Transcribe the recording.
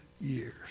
years